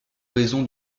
raison